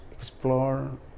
explore